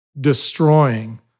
destroying